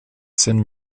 seine